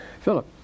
Philip